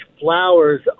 flowers